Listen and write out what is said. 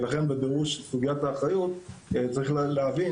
לכן בגיבוש סוגיית האחריות צריך להבין